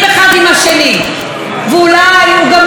ואולי הוא גם לא נראה אותו דבר כמוהם,